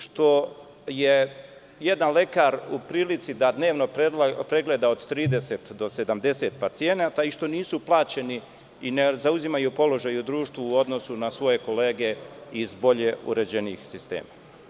Što je jedan lekar u prilici da dnevno pregleda od 30 do 70 pacijenata i što nisu plaćeni i ne zauzimaju položaj u društvu u odnosu na svoje kolege iz bolje uređenih sistema.